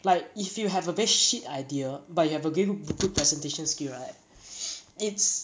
like if you have a very shit idea but you have a great good presentation skill right it's